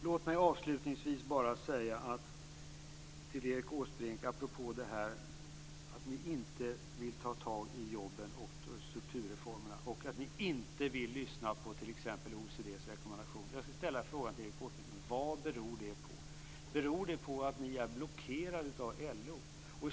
Låt mig avslutningsvis bara ställa en fråga till Erik Åsbrink apropå att regeringen inte vill ta tag i frågorna om jobben och strukturreformerna och inte vill lyssna på t.ex. OECD:s rekommendation. Vad beror detta på? Beror det på att Socialdemokraterna är blockerade av LO?